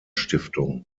stiftung